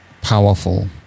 powerful